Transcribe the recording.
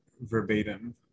verbatim